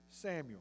Samuel